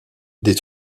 des